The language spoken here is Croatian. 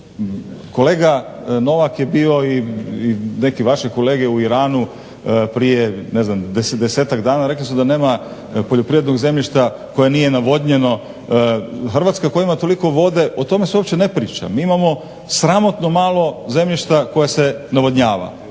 Kolega Novak je bio i neki vaši kolege u Iranu prije ne znam desetak dana. Rekli su da nema poljoprivrednog zemljišta koje nije navodnjeno. Hrvatska koja ima toliko vode o tome se uopće ne priča. Mi imamo sramotno malo zemljišta koje se navodnjava,